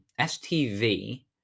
STV